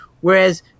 Whereas